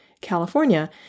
California